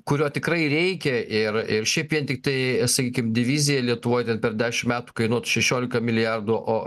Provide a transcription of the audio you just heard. kurio tikrai reikia ir ir šiaip vien tiktai sakykim divizija lietuvoj ten per dešimt metų kainuotų šešioliką milijardų o